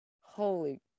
Holy